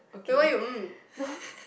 wait why you mm